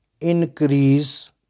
increase